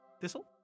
thistle